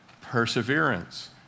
perseverance